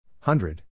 Hundred